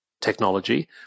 technology